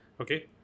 okay